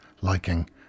liking